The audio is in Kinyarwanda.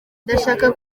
ndashaka